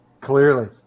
Clearly